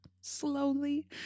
slowly